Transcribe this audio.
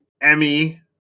Emmy